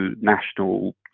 national